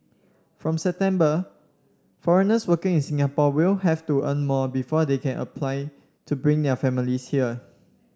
from September foreigners working in Singapore will have to earn more before they can apply to bring their families here